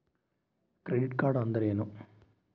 Credit card ಅಂದ್ರೇನು?